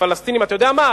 הפלסטינים, אתה יודע מה?